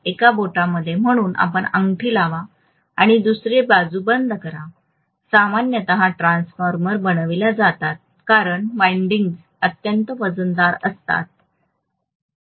एका बोटामध्ये म्हणून आपण अंगठी लावा आणि नंतर दुसरी बाजू बंद करा सामान्यत ट्रान्सफॉर्मर्स बनविल्या जातात कारण विंडिंग्ज अत्यंत वजनदार असतात